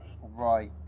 right